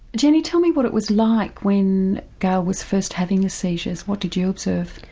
jenny tell me what it was like when gail was first having the seizures, what did you observe?